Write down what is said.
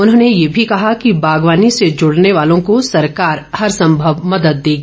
उन्होंने ये भी कहा कि बागवानी से जुड़ने वालों को सरकार हरसंभव मदद देगी